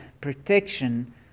protection